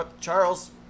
Charles